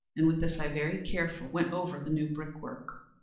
and with this i very carefully went over the new brickwork.